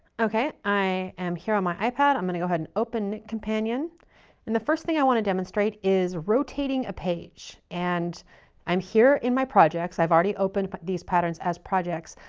okay. i am here on my ipad. i'm going to go ahead and open knitcompanion and the first thing i want to demonstrate is rotating a page. and i'm here in my projects. i've already opened but these patterns as projects.